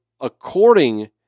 according